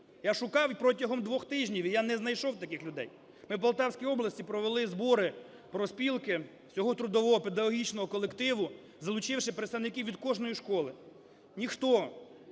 Я шукав протягом двох тижнів, і я не знайшов таких людей. Ми в Полтавській області провели збори профспілки всього трудового педагогічного колективу, залучивши представників від кожної школи. Ніхто,